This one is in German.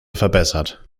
verbessert